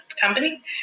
company